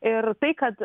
ir tai kad